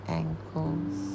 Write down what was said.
ankles